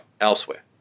elsewhere